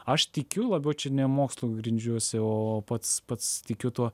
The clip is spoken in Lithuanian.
aš tikiu labiau čia ne mokslu grindžiuosi o pats pats tikiu tuo